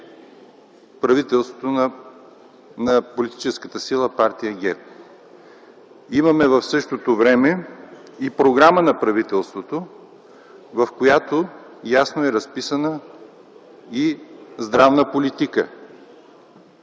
правителството на политическата сила – партия ГЕРБ. В същото време имаме и Програма на правителството, в която ясно е разписана и здравна политика.